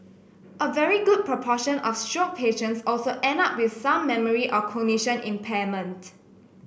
a very good proportion of stroke patients also end up with some memory or cognition impairment